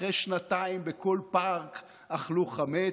אחרי שנתיים, בכל פארק אכלו חמץ.